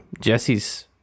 Jesse's